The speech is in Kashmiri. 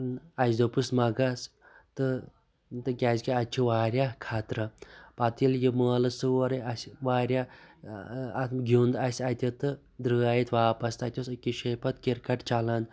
اَسہِ دوٚپُس مہٕ گَژھ تہٕ تِکیٛازکہِ اَتہِ چھُ وارِیاہ خطرٕ پَتہٕ ییٚلہِ یہِ مٲلہٕ سورُے اَسہِ واریاہ اَتھ گِیُنٛد اَسہِ اَتہِ تہٕ درٛاے اَتہِ واپَس تَتہِ اوس أکِس جایہِ پَتہٕ کِرکَٹ چَلان